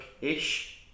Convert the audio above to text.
ish